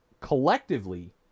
collectively